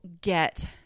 get